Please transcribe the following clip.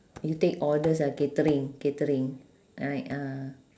you take orders ah catering catering like ah